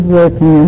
working